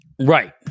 Right